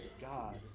God